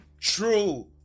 True